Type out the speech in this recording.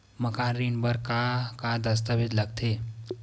मकान ऋण बर का का दस्तावेज लगथे?